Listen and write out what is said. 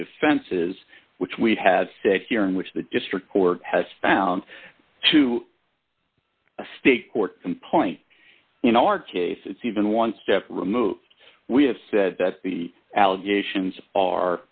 defenses which we had safe here in which the district court has found to a state court complaint in our case it's even one step removed we have said that the allegations